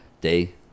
day